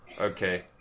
okay